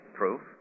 proof